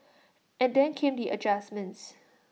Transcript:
and then came the adjustments